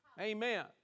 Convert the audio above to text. Amen